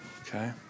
Okay